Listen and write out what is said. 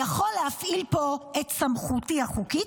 אני יכול להפעיל פה את סמכותי החוקית,